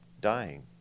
dying